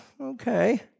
okay